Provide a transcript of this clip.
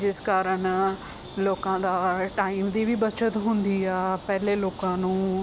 ਜਿਸ ਕਾਰਨ ਲੋਕਾਂ ਦਾ ਟਾਈਮ ਦੀ ਵੀ ਬੱਚਤ ਹੁੰਦੀ ਆ ਪਹਿਲੇ ਲੋਕਾਂ ਨੂੰ